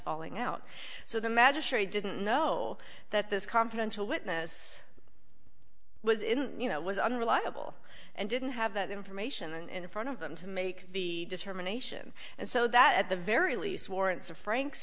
falling out so the magistrate didn't know that this confidential witness was you know was unreliable and didn't have that information and in front of them to make the determination and so that at the very least warrants of frank